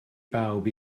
bawb